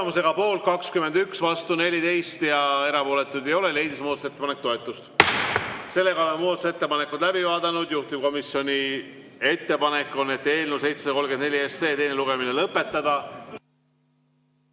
Tulemusega poolt 21, vastu 14 ja erapooletuid ei ole, leidis muudatusettepanek toetust. Oleme muudatusettepanekud läbi vaadanud. Juhtivkomisjoni ettepanek on eelnõu 734 teine lugemine lõpetada.